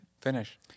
finish